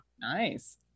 Nice